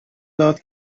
داد